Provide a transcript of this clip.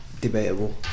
Debatable